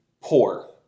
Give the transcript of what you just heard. poor